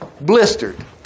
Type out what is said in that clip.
blistered